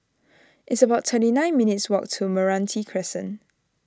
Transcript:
it's about thirty nine minutes' walk to Meranti Crescent